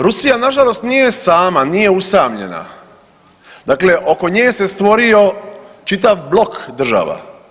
Rusija nažalost nije sama, nije usamljena, dakle oko nje se stvorio čitav blok država.